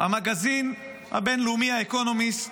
המגזין הבין-לאומי האקונימיסט,